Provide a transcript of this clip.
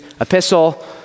epistle